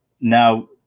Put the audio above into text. now